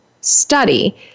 study